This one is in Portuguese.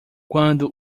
quando